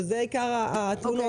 ואלה עיקר התלונות.